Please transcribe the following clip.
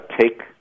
take